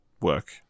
work